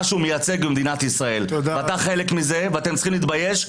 מה שהוא מייצג במדינת ישראל ואתה חלק מזה ואתם צריכים להתבייש.